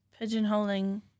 pigeonholing